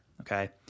okay